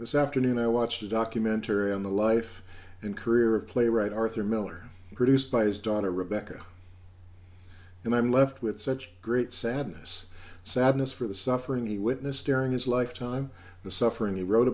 this afternoon i watched a documentary on the life and career of playwright arthur miller produced by his daughter rebecca and i'm left with such great sadness sadness for the suffering he witnessed during his lifetime the suffering he wrote